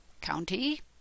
county